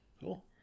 Cool